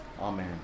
Amen